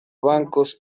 bancos